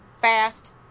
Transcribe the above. fast